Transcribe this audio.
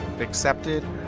accepted